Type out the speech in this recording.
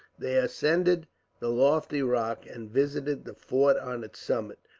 they ascended the lofty rock, and visited the fort on its summit,